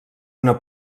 una